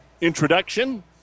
introduction